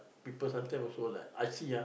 people sometimes also like I see ah